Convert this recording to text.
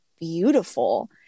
beautiful